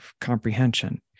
comprehension